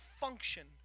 function